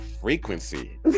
frequency